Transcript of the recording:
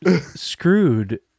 Screwed